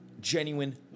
genuine